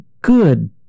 good